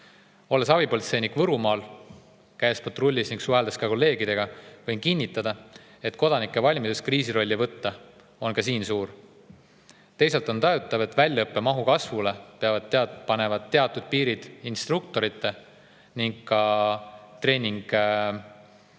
Olles abipolitseinik Võrumaal, käies patrullis ning suheldes kolleegidega, võin kinnitada, et kodanike valmidus kriisirolli võtta on ka siin suur. Teisalt on tajutav, et väljaõppe mahu kasvule panevad teatud piirid instruktorite ning ka treeningbaaside